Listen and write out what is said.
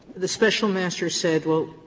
the special master said, well,